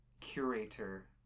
curator